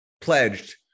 pledged